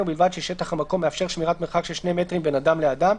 ובלבד ששטח המקום מאפשר שמירת מרחק של 2 מטרים בין אדם לאדם: